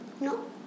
No